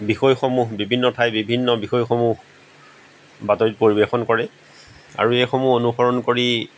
বিষয়সমূহ বিভিন্ন ঠাইৰ বিভিন্ন বিষয়সমূহ বাতৰিত পৰিৱেশন কৰে আৰু এইসমূহ অনুসৰণ কৰি